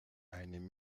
eine